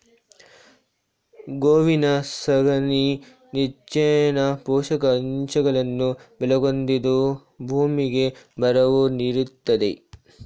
ಗೋವಿನ ಸಗಣಿ ನೆಚ್ಚಿನ ಪೋಷಕಾಂಶಗಳನ್ನು ಒಳಗೊಂಡಿದ್ದು ಭೂಮಿಗೆ ಒರವು ನೀಡ್ತಿದೆ